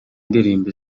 ndirimbo